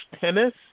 tennis